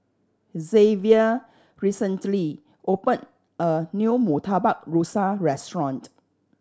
Zavier recently opened a new Murtabak Rusa restaurant